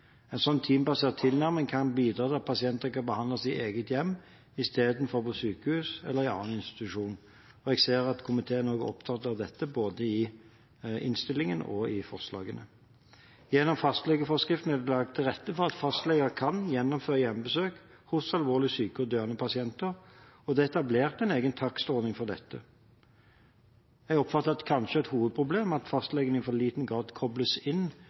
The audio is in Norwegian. En sånn teambasert tilnærming kan bidra til at pasientene kan behandles i eget hjem i stedet for på sykehus eller i annen institusjon. Jeg ser at komiteen også er opptatt av dette – både i innstillingen og i forslagene. Gjennom fastlegeforskriften er det lagt til rette for at fastlegene kan gjennomføre hjemmebesøk hos alvorlig syke og døende pasienter, og det er etablert en egen takstordning for dette. Jeg oppfatter det kanskje som et hovedproblem at fastlegen i for liten grad kobles inn